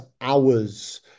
hours